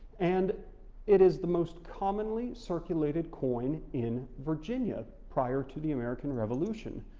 and it is the most commonly circulated coin in virginia prior to the american revolution.